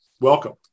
Welcome